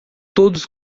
todos